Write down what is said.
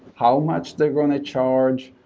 how much they're going to charge,